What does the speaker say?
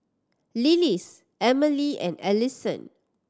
Lillis Amelie and Alisson